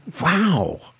Wow